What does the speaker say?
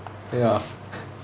ya